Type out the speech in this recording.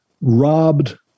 robbed